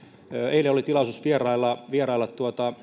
eilen oli tilaisuus vierailla vierailla